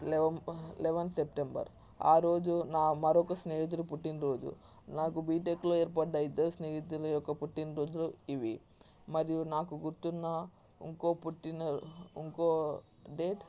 eleven eleven September ఆ రోజు నా మరొక స్నేహితుడి పుట్టిన రోజు నాకు బీటెక్లో ఏర్పడ్డ ఇద్దరు స్నేహితులు యొక్క పుట్టినరోజులు ఇవి మరియు నాకు గుర్తున్న ఇంకో పుట్టిన ఇంకో డేట్